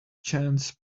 chance